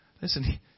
listen